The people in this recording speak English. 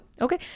okay